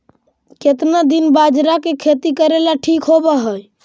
केतना दिन बाजरा के खेती करेला ठिक होवहइ?